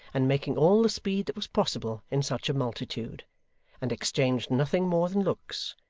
and making all the speed that was possible in such a multitude and exchanged nothing more than looks,